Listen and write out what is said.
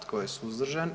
Tko je suzdržan?